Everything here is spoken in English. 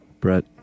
Brett